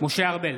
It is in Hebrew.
בהצבעה משה ארבל,